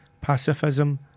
Pacifism